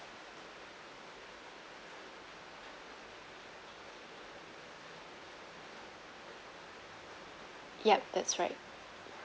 yup that's right